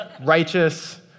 righteous